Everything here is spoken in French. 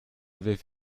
avait